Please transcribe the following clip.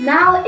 Now